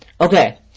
Okay